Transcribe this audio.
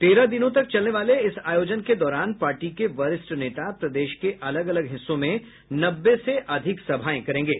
तेरह दिनों तक चलने वाले इस आयोजन के दौरान पार्टी के वरिष्ठ नेता प्रदेश के अलग अलग हिस्सों में नब्बे से अधिक सभाएं करेंगे